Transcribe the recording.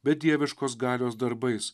bet dieviškos galios darbais